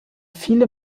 viele